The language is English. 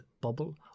bubble